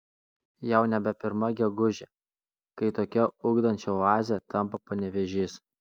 jau nebe pirma gegužė kai tokia ugdančia oaze tampa panevėžys